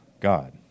God